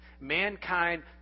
Mankind